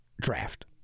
draft